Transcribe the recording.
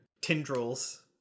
tendrils